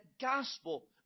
gospel